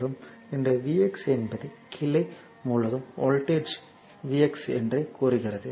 மற்றும் இந்த V x என்பது கிளை முழுவதும் வோல்ட்டேஜ் x என்று கூறுகிறது